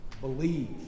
believe